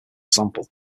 sample